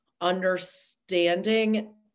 understanding